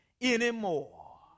anymore